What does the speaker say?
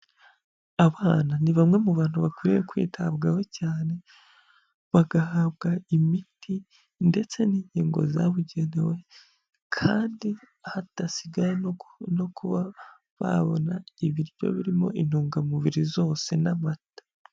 Abana ni bamwe mu bantu bakwiye kwitabwaho cyane, bagahabwa imiti ndetse n'inyingo zabugenewe kandi hadasigaye no kuba babona ibiryo birimo intungamubiri zose n'amata.